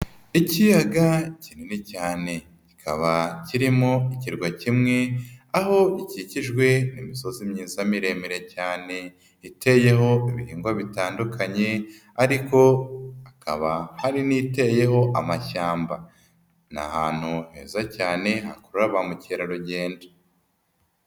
Ikiyaga kinini cyane kikaba kirimo ikirwa kimwe ,aho gikikijwe n'imisozi myiza miremire cyane iteyeho ibihingwa bitandukanye ariko hakaba hari n'iteyeho amashyamba. Ni ahantu heza cyane hakuru ba mukerarugendo.